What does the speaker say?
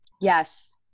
Yes